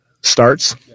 starts